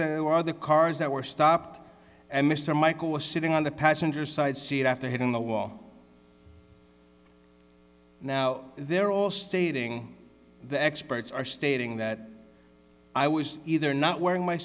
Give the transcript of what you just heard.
were other cars that were stopped and mr michael was sitting on the passenger side seat after hitting the wall now they're all stating the experts are stating that i was either not wearing my